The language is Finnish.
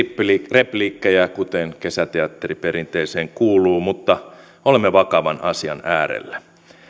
repliikkejä kuten kesäteatteriperinteeseen kuuluu mutta olemme vakavan asian äärellä